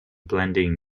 blending